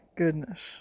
goodness